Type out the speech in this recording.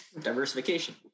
Diversification